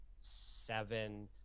seven